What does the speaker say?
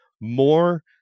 more